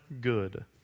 good